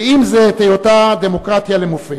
ועם זה את היותה דמוקרטיה למופת.